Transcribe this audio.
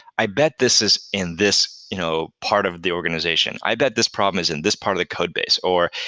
i bet this is in this you know part of the organization. i bet this problem is in this part of the code base, or,